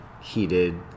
heated